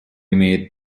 имеет